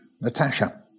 Natasha